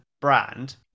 brand